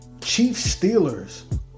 Chiefs-Steelers